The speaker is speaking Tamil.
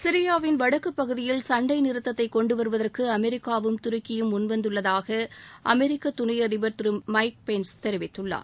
சிரியாவின் வடக்கு பகுதியில் சண்டை நிறுத்தத்தை கொண்டுவருவதற்கு அமெரிக்காவும் துருக்கியும் முன் வந்துள்ளதாக அமெரிக்க துணை அதிபர் திரு மைக் பென்ஸ் தெரிவித்துள்ளார்